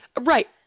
right